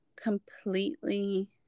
completely